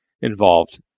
involved